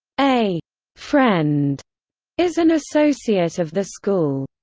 a friend is an associate of the school.